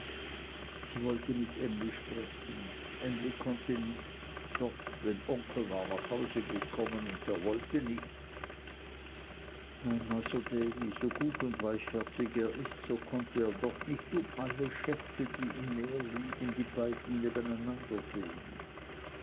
sie wollte mit emly sprechen emly konnte nicht dort denn onkel war nach hause gekommen und er wollte nicht nein masr davy so gut und weichherzig er ist so konnte er doch nicht um alle schätze die im meer liegen die beiden nebeneinander sehen